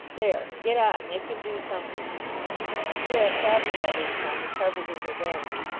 there. get on. make him do something grip having by this time recovered his urbanity,